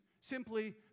simply